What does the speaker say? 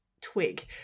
twig